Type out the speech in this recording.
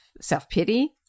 self-pity